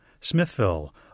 Smithville